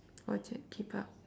orchard keep out